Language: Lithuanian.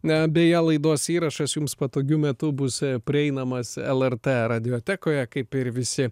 na beje laidos įrašas jums patogiu metu bus prieinamas lrt radiotekoje kaip ir visi